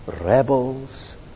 Rebels